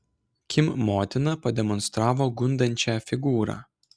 kim motina pademonstravo gundančią figūrą